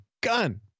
gun